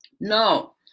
No